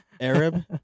Arab